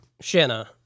Shanna